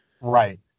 Right